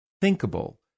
thinkable